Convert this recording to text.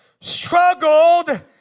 struggled